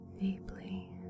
Deeply